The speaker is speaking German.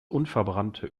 unverbrannte